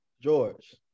George